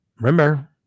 remember